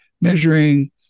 measuring